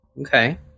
Okay